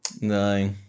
no